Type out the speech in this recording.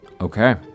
Okay